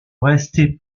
restait